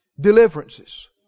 Deliverances